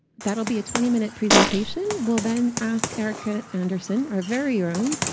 that'll be a twenty minute presentation. we'll then ask erica anderson, our very own,